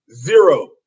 zero